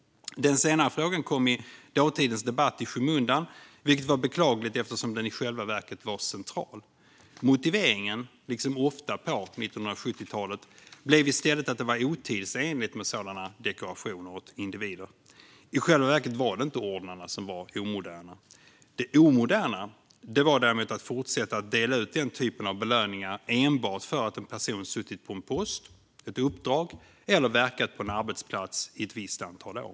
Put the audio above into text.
Den senare frågan kom i dåtidens debatt i skymundan, vilket var beklagligt eftersom den i själva verket var central. Motiveringen blev i stället, som ofta på 1970-talet, att det var otidsenligt med sådana dekorationer åt individer. I själva verket var det inte ordnarna som var omoderna. Det omoderna var att fortsätta att dela ut den typen av belöningar enbart för att en person suttit på en post eller ett uppdrag eller verkat på en arbetsplats i ett visst antal år.